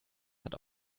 hat